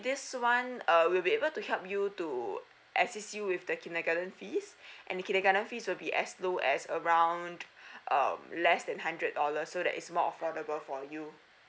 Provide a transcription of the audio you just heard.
this one uh will be able to help you to assist you with the kindergarten fees and kindergarten fees will be as low as around um less than hundred dollars so that is more affordable for you